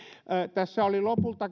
tässä oli lopulta